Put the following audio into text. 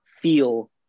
feel